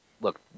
look